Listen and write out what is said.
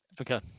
Okay